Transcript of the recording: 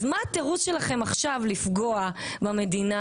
אז מה התירוץ שלכם עכשיו לפגוע במדינה,